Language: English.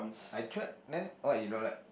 I tried then what you don't like